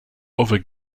other